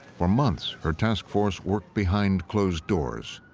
for months, her task force worked behind closed doors.